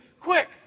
Quick